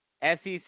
SEC